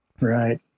right